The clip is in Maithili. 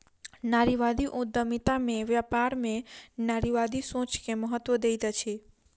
नारीवादी उद्यमिता में व्यापार में नारीवादी सोच के महत्त्व दैत अछि